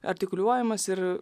artikuliuojamas ir